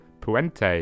Puente